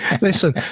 Listen